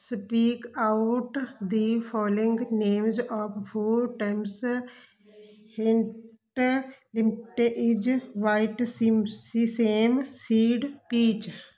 speak out the followings names of food items hint hint inch white sim see same seed peach